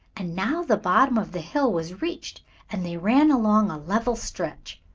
and now the bottom of the hill was reached and they ran along a level stretch.